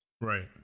Right